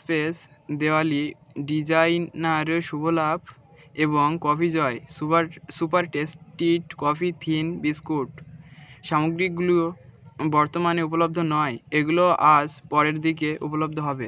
space Diwali designer Shubh Labh এবং coffee joy super super tasty coffee thin biscuit সামগ্রীগুলো বর্তমানে উপলব্ধ নয় এগুলো আজ পরের দিকে উপলব্ধ হবে